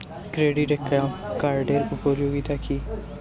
Credit কার্ডের উপযোগিতা কি?